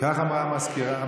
כך אמרה המזכירות.